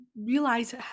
realize